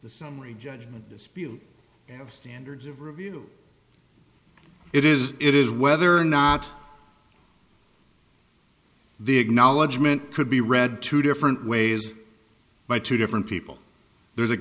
the summary judgment dispute of standards of review it is it is whether or not the acknowledgement could be read two different ways by two different people there